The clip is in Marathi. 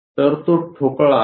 तर तो ठोकळा आहे